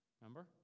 Remember